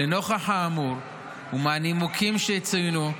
לנוכח האמור ומהנימוקים שצוינו,